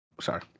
sorry